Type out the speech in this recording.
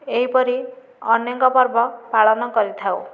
ଏହିପରି ଅନେକ ପର୍ବ ପାଳନ କରିଥାଉ